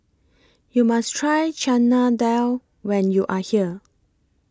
YOU must Try Chana Dal when YOU Are here